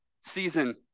season